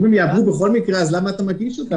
אחרי --- אם הם יעברו בכל מקרה אז למה מגישים אותם?